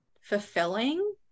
fulfilling